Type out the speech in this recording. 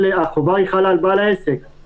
החובה חלה על בעל העסק,